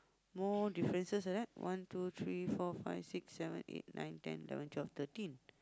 more differences like that one two three four five six seven eight nine ten eleven twelve thirteen